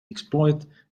exploited